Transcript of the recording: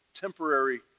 temporary